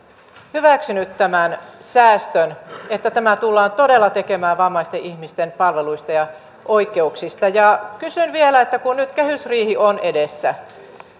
hyväksynyt tämän säästön että tämä tullaan todella tekemään vammaisten ihmisten palveluista ja oikeuksista ja kysyn vielä että kun nyt kehysriihi on edessä